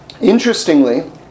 interestingly